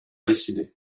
décidé